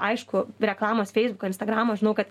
aišku reklamos feisbuko instagramo žinau kad